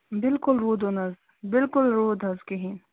بِلکُل روٗدُو نہٕ حظ بِلکُل روٗد حظ کِہیٖنۍ